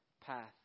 path